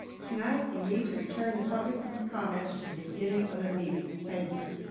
tonight you need to return the public um comments to the beginning of the meeting. thank you.